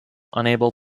unable